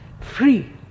free